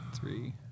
three